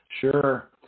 Sure